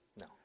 No